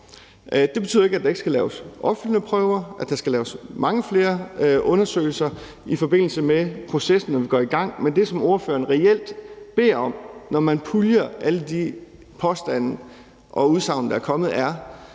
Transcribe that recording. Det betyder ikke, at der ikke skal laves offentlige prøver, eller at der ikke skal laves mange flere undersøgelser i forbindelse med processen, når vi går i gang, men det, som fru Theresa Scavenius reelt beder om, når man puljer alle de påstande og udsagn, der er kommet, er,